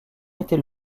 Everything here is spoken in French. était